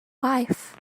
wife